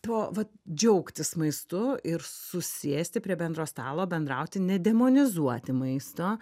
tuo vat džiaugtis maistu ir susėsti prie bendro stalo bendrauti nedemonizuoti maisto